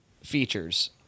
features